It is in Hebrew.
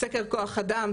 סקר כוח אדם,